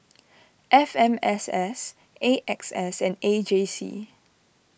F M S S A X S and A J C